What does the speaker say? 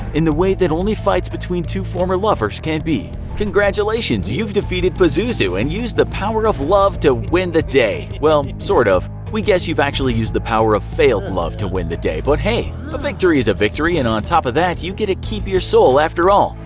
in the way that only fights between former lovers can be. congratulations, you've defeated pazuzu and used the power of love to win the day! well, sort of, we guess you've actually used the power of failed love to win the day but hey, a victory is a victory, and on top of that you get to keep your soul after all!